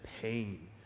pain